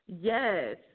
Yes